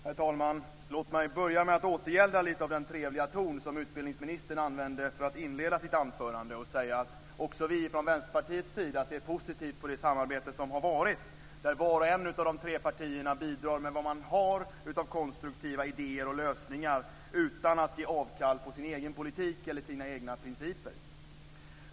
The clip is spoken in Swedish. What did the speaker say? Herr talman! Låt mig börja med att lite återgälda den trevliga ton som utbildningsministern använde när han inledde sitt anförande och säga att också vi från Vänsterpartiets sida ser positivt på det samarbete som har bedrivits, där var och en av de tre partierna bidragit med det som man har av konstruktiva idéer och lösningar utan att ge avkall på sin egen politik eller sina egna principer.